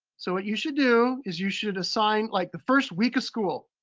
so what you should do is you should assign like the first week of school.